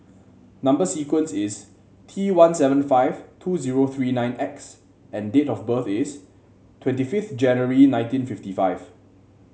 number sequence is T one seven five two zero three nine X and date of birth is twenty fifth January nineteen fifty five